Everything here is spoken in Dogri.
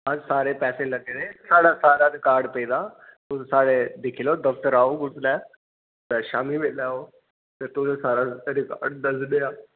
साढ़े सारे पैसे लग्गे दे साढ़े कश सारा रिकॉर्ड पेदा ते ओह् साढ़े आओ दफ्तर दिक्खी लैओ कुसलै भांऐं शामीं बेल्लै आओ ते एह् साढ़ा